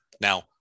Now